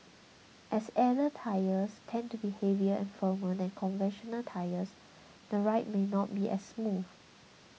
as airless tyres tend to be heavier and firmer than conventional tyres the ride may not be as smooth